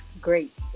Great